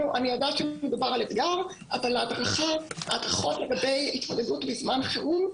אני יודעת שמדובר על אתגר אבל ההדרכות לגבי התמודדות בזמן חירום,